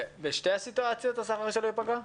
בשתי הסיטואציות שלו השכר שלו ייפגע?